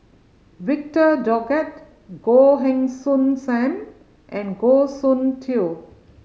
Victor Doggett Goh Heng Soon Sam and Goh Soon Tioe